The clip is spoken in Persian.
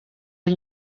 این